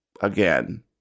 Again